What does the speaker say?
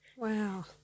Wow